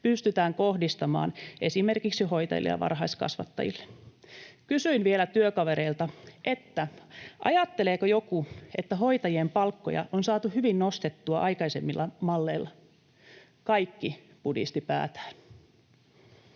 pystytään kohdistamaan esimerkiksi hoitajille ja varhaiskasvattajille. Kysyin vielä työkavereilta, ajatteleeko joku, että hoitajien palkkoja on saatu hyvin nostettua aikaisemmilla malleilla. Kaikki pudistivat päätään.